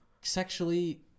Sexually